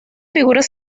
figuras